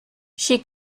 she